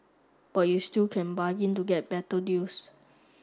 but you still can bargain to get better deals